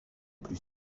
plus